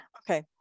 okay